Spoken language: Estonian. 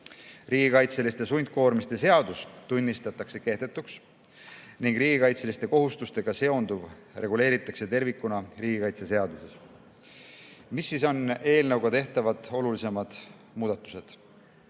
Riigikaitseliste sundkoormiste seadus tunnistatakse kehtetuks ning riigikaitseliste kohustustega seonduv reguleeritakse tervikuna riigikaitseseaduses. Mis on eelnõuga tehtavad olulisemad muudatused?